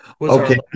Okay